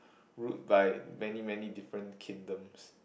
ruled by many many different kingdoms